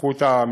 ייקחו את המידע,